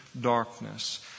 darkness